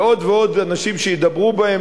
ועוד ועוד אנשים שידברו בהם,